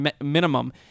minimum